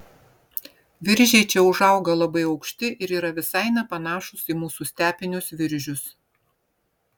viržiai čia užauga labai aukšti ir yra visai nepanašūs į mūsų stepinius viržius